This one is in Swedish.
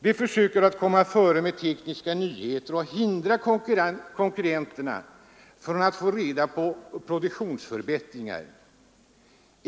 De försöker komma före med tekniska nyheter och hindra konkurrenterna från att få reda på produktionsförbättringar.